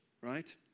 Right